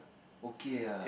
okay ah